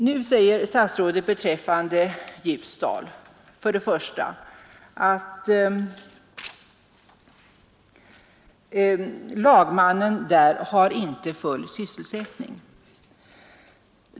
Nu säger statsrådet beträffande Ljusdals tingsrätt att lagmannen där inte har full sysselsättning.